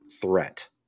threat